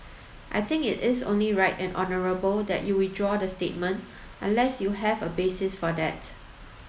I think it is only right and honourable that you withdraw the statement unless you have a basis for that